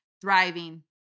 Thriving